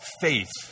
faith